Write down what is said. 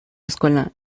escuela